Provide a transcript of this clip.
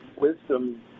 wisdom